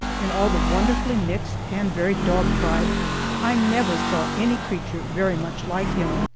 in all the wonderfully mixed and varied dog-tribe i never saw any creature very much like him,